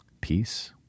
Peace